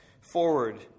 forward